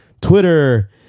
Twitter